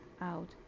out